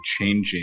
changing